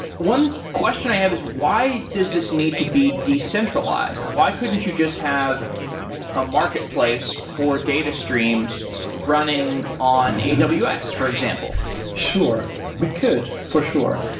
one question i have is why does this need to be decentralized? why couldn't you just have a marketplace for data streams running on you know but aws, for example? sure. we could, for sure,